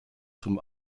zum